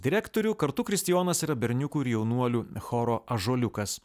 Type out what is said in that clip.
direktorių kartu kristijonas yra berniukų ir jaunuolių choro ąžuoliukas